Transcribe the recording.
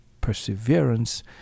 perseverance